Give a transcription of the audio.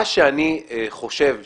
מה שאני חושב שאפשר,